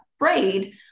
afraid